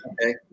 okay